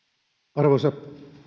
arvoisa